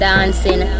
Dancing